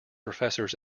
professor’s